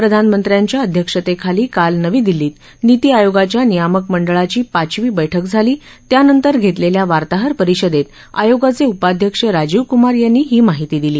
प्रधानमत्र्यांच्या अध्यक्षतेखाली काल नवी दिल्लीत नीती आयोगाच्या नियामक मंडळाची पाचवी बैठक झाली त्यानंतर घेतलेल्या वार्ताहरपरिषदेत आयोगाचे उपाध्यक्ष राजीव कुमार यांनी ही माहिती दिली